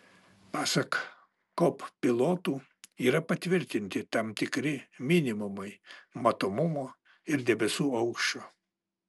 pasak kop pilotų yra patvirtinti tam tikri minimumai matomumo ir debesų aukščio